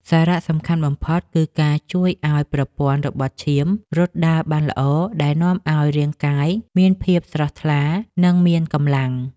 សារៈសំខាន់បំផុត គឺការជួយឱ្យប្រព័ន្ធរបត់ឈាមរត់ដើរបានល្អ ដែលនាំឱ្យរាងកាយមានភាពស្រស់ថ្លា និងមានកម្លាំង។